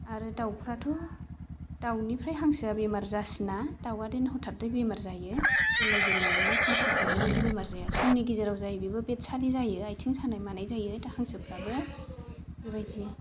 आरो दाउफोराथ' दाउनिफ्राय हांसोआ बेमार जासिना दाउआ दि हथादै बेमार जायो गोरलै गोरलैआवनो हांसोफोरा बेबायदि बेमार जाया समनि गेजेराव जायो बेबो बेदसालि जायो आथिं सानाय मानाय जायो हांसोफोराबो बेबायदि